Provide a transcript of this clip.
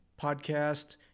Podcast